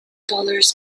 dollars